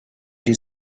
die